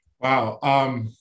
Wow